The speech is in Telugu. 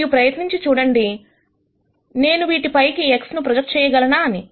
మరియు ప్రయత్నించి మరియు చూడండి నేను వీటి పైకి X ను ప్రొజెక్ట్ చేయగలనా అని